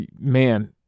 man